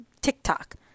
TikTok